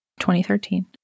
2013